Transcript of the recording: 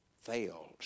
fails